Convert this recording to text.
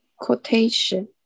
Quotation